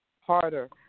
harder